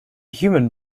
human